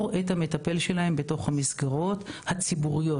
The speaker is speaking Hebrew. את המטפל שלהם בתוך המסגרות הציבוריות.